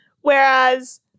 whereas